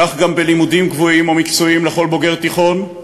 כך גם בלימודים גבוהים או מקצועיים לכל בוגר תיכון,